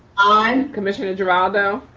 ah um commissioner geraldo.